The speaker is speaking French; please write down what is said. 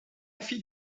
fille